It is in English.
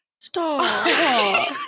Stop